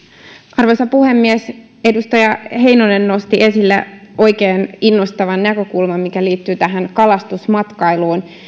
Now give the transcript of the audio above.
arvoisa puhemies edustaja heinonen nosti esille oikein innostavan näkökulman joka liittyy kalastusmatkailuun